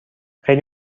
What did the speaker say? خیلی